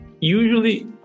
usually